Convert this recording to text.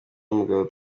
n’umugabo